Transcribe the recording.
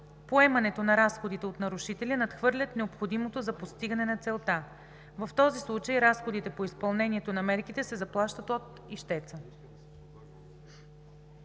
поемането на разходите от нарушителя надхвърлят необходимото за постигане на целта. В този случай разходите по изпълнението на мерките се заплащат от ищеца.“